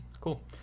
Cool